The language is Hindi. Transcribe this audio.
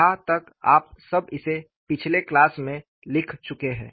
यहाँ तक आप सब इसे पिछले क्लास में लिख चुके हैं